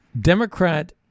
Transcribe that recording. Democrat